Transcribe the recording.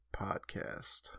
podcast